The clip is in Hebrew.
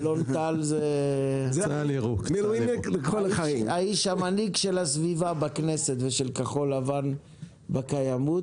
אלון טל זה האיש המנהיג של הסביבה בכנסת ושל כחול לבן בקיימות,